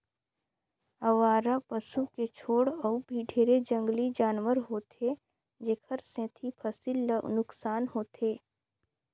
अवारा पसू के छोड़ अउ भी ढेरे जंगली जानवर होथे जेखर सेंथी फसिल ल नुकसान होथे